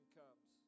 comes